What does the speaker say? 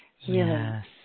Yes